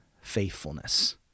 faithfulness